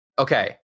Okay